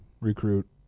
recruit